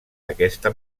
aquesta